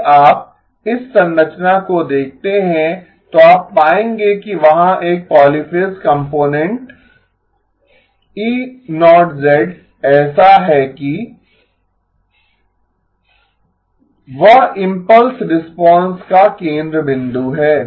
यदि आप इस संरचना को देखते हैं तो आप पाएंगे कि वहाँ एक पॉलीफ़ेज़ कंपोनेंट E0 ऐसा है कि वह इम्पल्स रिस्पांस का केंद्र बिंदु है